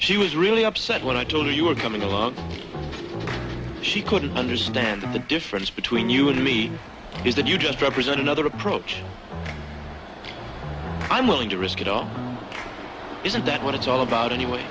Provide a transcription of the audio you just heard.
she was really upset when i told her you were coming along she couldn't understand the difference between you and me is that you just represent another approach i'm willing to risk it all isn't that what it's all about anyway